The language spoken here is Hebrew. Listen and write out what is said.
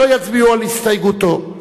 לא יצביעו על הסתייגותו,